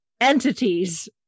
entities